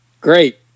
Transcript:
Great